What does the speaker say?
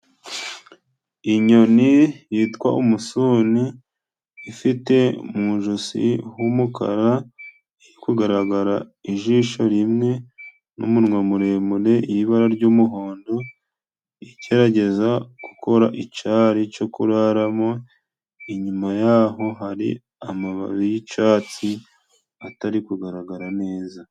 Inyoni yitwa Umusuni ifite mu ijosi h'umukara, iri kugaragara ijisho rimwe n' numunwa muremure y'ibara ry'umuhondo igerageza gukora icari co kuraramo, inyuma y'aho hari amababi y'icatsi atari kugaragara neza.